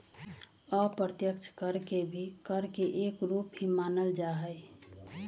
अप्रत्यक्ष कर के भी कर के एक रूप ही मानल जाहई